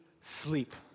sleep